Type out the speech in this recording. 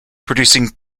producing